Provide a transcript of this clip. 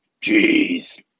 Jeez